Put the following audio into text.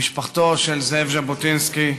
משפחתו של זאב ז'בוטינסקי,